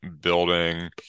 building